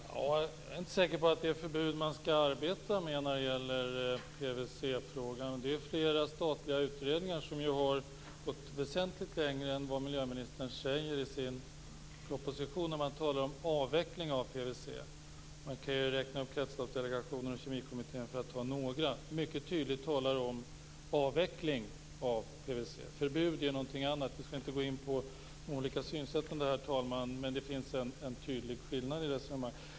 Herr talman! Jag är inte säker på att det är förbud man skall arbeta med när det gäller PVC-frågan. Det är flera statliga utredningar som har gått väsentligt längre än vad miljöministern säger i sin proposition. Man talar om avveckling av PVC. Jag kan räkna upp Kretsloppsdelegationen och Kemikommittén som exempel, för att ta några. De talar mycket tydligt om avveckling av PVC. Förbud är någonting annat. Vi skall inte gå in på de olika synsätten, herr talman. Men det finns en tydlig skillnad.